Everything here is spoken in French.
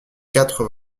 quatre